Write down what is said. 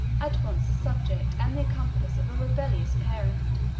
at once the subject and the accomplice of a rebellious parent.